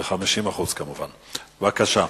בבקשה.